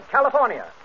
California